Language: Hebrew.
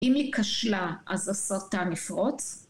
אם היא כשלה, אז הסרטן יפרוץ?